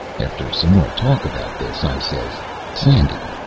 after some more talk about this, i says sandy,